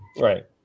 Right